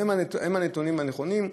אלה הנתונים הנכונים.